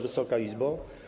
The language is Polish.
Wysoka Izbo!